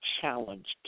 challenged